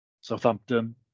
Southampton